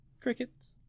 Crickets